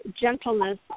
gentleness